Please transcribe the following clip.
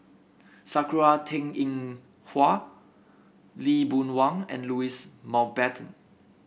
Sakura Teng Ying Hua Lee Boon Wang and Louis Mountbatten